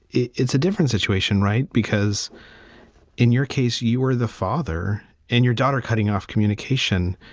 it's a different situation, right? because in your case, you were the father and your daughter cutting off communication.